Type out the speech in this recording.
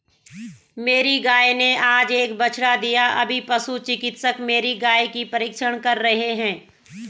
मेरी गाय ने आज एक बछड़ा दिया अभी पशु चिकित्सक मेरी गाय की परीक्षण कर रहे हैं